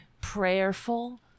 prayerful